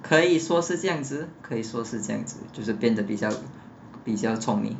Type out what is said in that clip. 可以说是这样子可以说是这样子就是变得比较比较聪明